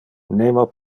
nemo